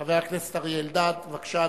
חבר הכנסת אריה אלדד, בבקשה,